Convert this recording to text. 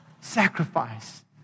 Sacrifice